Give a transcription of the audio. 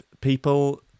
people